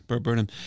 Burnham